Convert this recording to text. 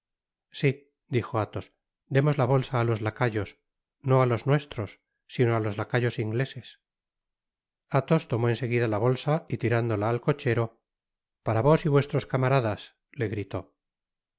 si dijoathos demos la bolsa á los lacayos no á los nuestros sino á los lacayos ingleses athos tomó enseguida la bolsa y tirándola al cochero para vos y vuestros camaradas le gritó